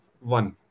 one